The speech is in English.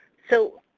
so,